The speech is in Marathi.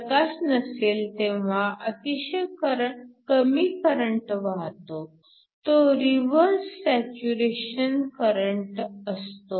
प्रकाश नसेल तेव्हा अतिशय कमी करंट वाहतो तो रिव्हर्स सॅच्युरेशन करंट असतो